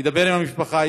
ידבר עם המשפחה,